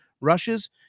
Rushes